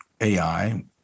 AI